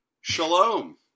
Shalom